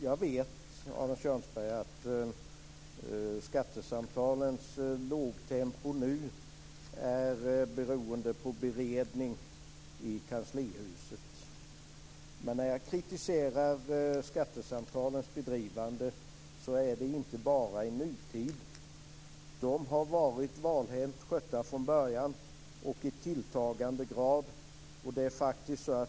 Jag vet, Arne Kjörnsberg, att skattesamtalens låga tempo nu beror på beredning i kanslihuset. Men när jag kritiserar skattesamtalens bedrivande gäller det inte bara nutid. De har varit valhänt skötta från början, och detta har tilltagit.